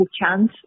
chance